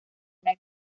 una